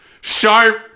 Sharp